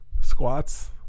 squats